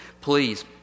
please